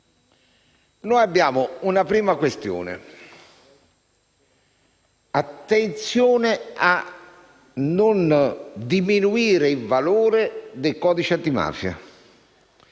Noi abbiamo una prima questione: attenzione a non diminuire il valore del codice antimafia.